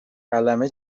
قلمه